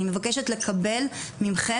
אני מבקשת לקבל מכם,